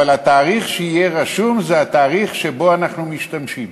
אבל התאריך שיהיה רשום זה התאריך שבו אנחנו משתמשים.